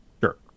Sure